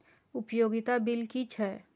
उपयोगिता बिल कि छै?